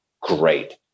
great